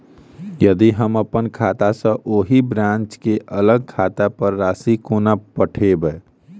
यदि हम अप्पन खाता सँ ओही ब्रांच केँ अलग खाता पर राशि कोना पठेबै?